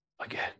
again